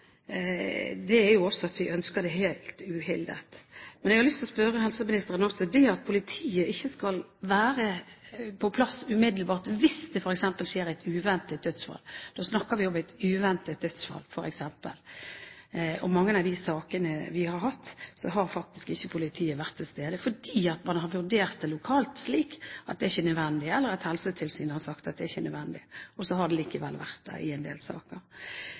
er at vi ønsker at det skal være helt uhildet. Jeg har lyst til å spørre helseministeren om hvorvidt politiet skal være på plass umiddelbart hvis det f.eks. skjer et uventet dødsfall – da snakker vi om et uventet dødsfall. I mange av de sakene vi har hatt, har politiet faktisk ikke vært til stede fordi man har vurdert det lokalt slik at det ikke var nødvendig, eller Helsetilsynet har sagt at det ikke var nødvendig – og så har det likevel vært det i en del saker.